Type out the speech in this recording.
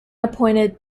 appointed